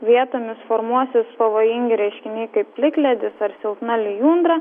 vietomis formuosis pavojingi reiškiniai kaip plikledis ar silpna lijundra